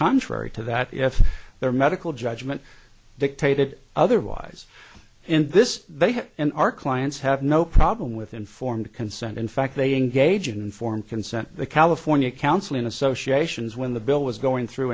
contrary to that if their medical judgment dictated otherwise and this they have in our clients have no problem with informed consent in fact they engage in informed consent the california counseling association's when the bill was going through